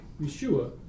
Yeshua